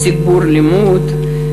תגבור לימוד,